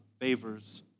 favors